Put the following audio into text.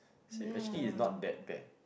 see actually it's not that bad